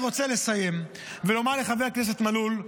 אני רוצה לסיים ולומר לחבר הכנסת מלול,